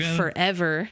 forever